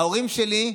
ההורים שלי,